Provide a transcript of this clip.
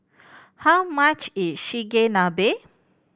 how much is Chigenabe